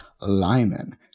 Lyman